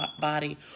body